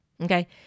Okay